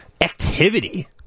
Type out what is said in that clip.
activity